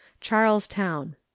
Charlestown